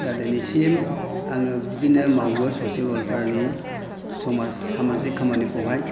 दा दिनैसिम आङो बिदिनो मावो ससियेल वेल्फेयारनि सामाजिक खामानिखौहाय